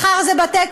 מחר זה בתי-קולנוע.